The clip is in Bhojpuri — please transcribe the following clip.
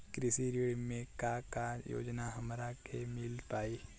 कृषि ऋण मे का का योजना हमरा के मिल पाई?